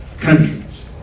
countries